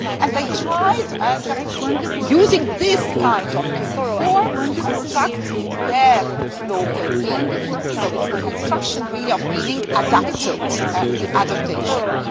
and they tried just using this kind of cuneiform to construct their local meaning. so it's the construction really of meaning adapted, the adaptation,